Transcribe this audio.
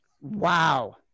Wow